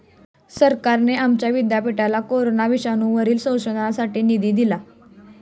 सरकारने आमच्या विद्यापीठाला कोरोना विषाणूवरील संशोधनासाठी निधी दिला आहे